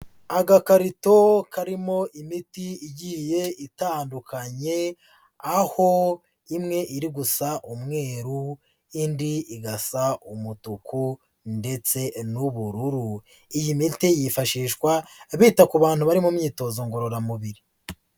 Agakarito karimo imiti igiye itandukanye aho imwe iri gusa umweru, indi igasa umutuku ndetse n'ubururu. Iyi miti yifashishwa bita ku bantu bari mu myitozo ngororamubiri.